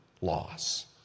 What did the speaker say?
loss